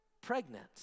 pregnant